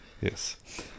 Yes